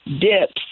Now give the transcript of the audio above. dips